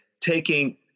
taking